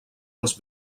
els